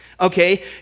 okay